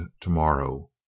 tomorrow